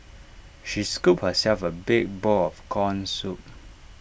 she scooped herself A big bowl of Corn Soup